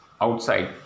outside